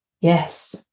Yes